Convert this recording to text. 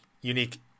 unique